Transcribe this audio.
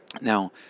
Now